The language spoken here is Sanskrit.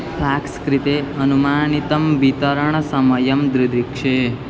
फ़ाक्स् कृते अनुमानितं वितरणसमयं दृदिक्षे